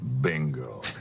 Bingo